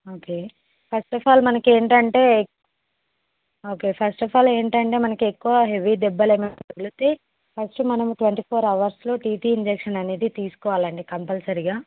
okay first of all మనకు ఏంటంటే okay first of all ఏంటంటే మనకు ఎక్కువ హెవీ దెబ్బలు ఏమైన తగిలితే ఫస్ట్ మనం ట్వంటీ ఫోర్ అవర్స్లో టీటీ ఇంజక్షన్ అనేది తీసుకోవాలండి కంపల్సరిగా